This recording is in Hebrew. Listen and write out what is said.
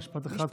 משפט אחד,